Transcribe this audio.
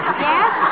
Yes